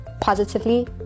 positively